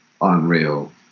unreal